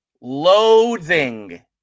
loathing